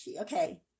Okay